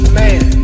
man